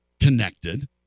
connected